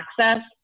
access